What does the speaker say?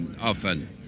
often